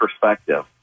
perspective